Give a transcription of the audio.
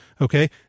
Okay